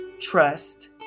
trust